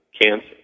cancer